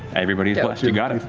everybody is blessed. you got it.